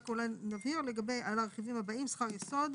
רק אולי נבהיר לגבי "על הרכיבים הבאים: שכר יסוד,